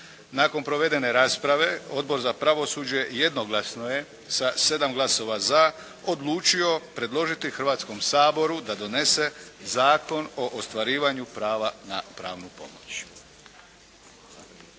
Nakon provedene rasprave Odbor za pravosuđe jednoglasno je sa 7 glasova za odlučio predložiti Hrvatskom saboru da donese Zakon o ostvarivanju prava na pravnu pomoć.